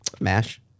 Mash